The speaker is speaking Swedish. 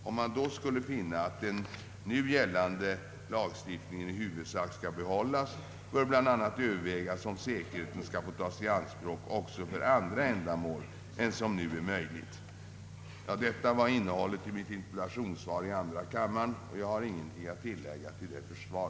Om man då skulle finna att den nu gällande lagstiftningen i huvudsak skall behållas, bör bl.a. övervägas om säkerheten skall få tas i anspråk också för andra ändamål än som nu är möjligt. Detta var innehållet i mitt interpellationssvar i andra kammaren. Jag har ingenting att tillägga till detta svar.